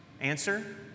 Answer